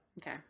okay